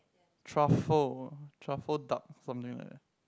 truffle truffle duck something like that